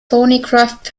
thornycroft